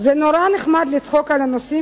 זה נורא נחמד לצחוק על הנושא,